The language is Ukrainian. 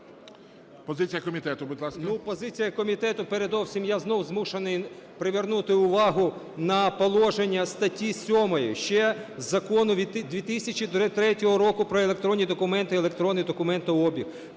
Позиція комітету. Передусім я знову змушений привернути увагу на положення статті 7 ще закону 2003 року про електронні документи і електронний документообіг.